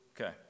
Okay